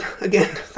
again